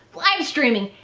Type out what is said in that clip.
live streaming,